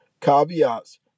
caveats